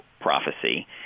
prophecy